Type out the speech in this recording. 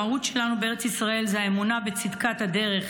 המהות שלנו בארץ ישראל זו האמונה בצדקת הדרך.